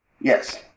Yes